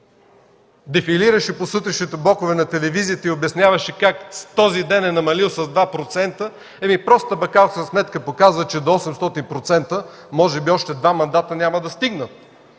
дефилираше по сутрешните блокове на телевизиите и обясняваше как този ден е намалил с 2%, ами простата бакалска сметка показва, че до 800% може би още два мандата няма да стигнат,